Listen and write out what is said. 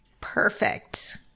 Perfect